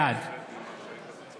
בעד